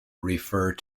refer